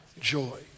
joy